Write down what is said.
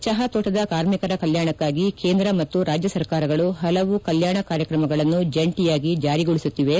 ಚುಾ ತೋಟದ ಕಾರ್ಮಿಕರ ಕಲ್ಲಾಣಕ್ಕಾಗಿ ಕೇಂದ್ರ ಮತ್ತು ರಾಜ್ಯ ಸರ್ಕಾರಗಳು ಪಲವು ಕಲ್ಲಾಣ ಕಾರ್ಯಕ್ರಮಗಳನ್ನು ಜಂಟಿಯಾಗಿ ಜಾರಿಗೊಳಿಸುತ್ತಿವೆ